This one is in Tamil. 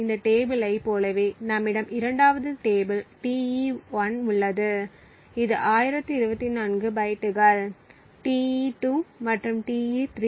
இந்த டேபிளைப் போலவே நம்மிடம் 2 வது டேபிள் Te1 உள்ளது இது 1024 பைட்டுகள் Te2 மற்றும் Te3